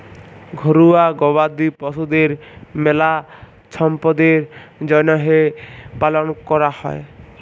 ঘরুয়া গবাদি পশুদের মেলা ছম্পদের জ্যনহে পালন ক্যরা হয়